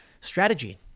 strategy